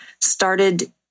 started